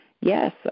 yes